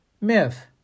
Myth